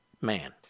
man